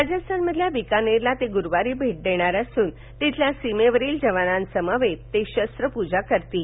राजस्थानमधील बिकानेरला ते गुरुवारी भेट देणार असून तिथल्या सीमेवरील जवानांसमवेत शस्त्रपूजा करणार आहेत